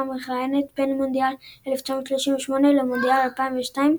המכהנת בין מונדיאל 1938 למונדיאל 2002,